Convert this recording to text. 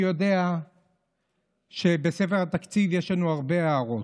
אני יודע שעל ספר התקציב יש לנו הרבה הערות.